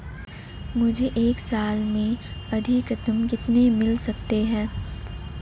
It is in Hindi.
मुझे एक साल में अधिकतम कितने क्लेम मिल सकते हैं?